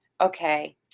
okay